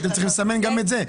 הייתם צריכים לסמן גם את זה.